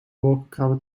wolkenkrabber